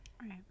Right